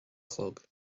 chlog